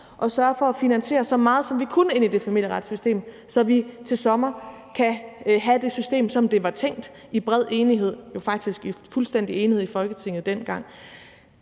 og sørget for at få finansieret så meget, som vi kunne, i det familieretslige system, så vi til sommer kan have systemet, som det var tænkt, og som det blev vedtaget i bred enighed, ja, faktisk i fuldstændig enighed i Folketinget dengang.